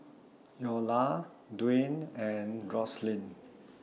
Iola Dwane and Roselyn